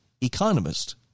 economist